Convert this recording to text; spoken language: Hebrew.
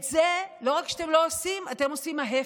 את זה לא רק שאתם לא עושים, אתם עושים ההפך.